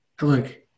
look